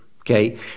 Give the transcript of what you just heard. okay